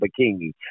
bikini